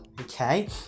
okay